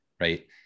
right